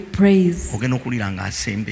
praise